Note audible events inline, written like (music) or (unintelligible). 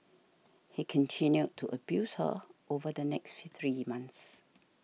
he continued to abuse her over the next (unintelligible) three months